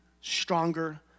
stronger